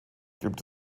gibt